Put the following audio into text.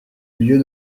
lieu